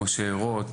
משה רוט,